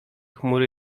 chmury